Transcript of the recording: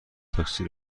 تاکسی